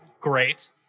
Great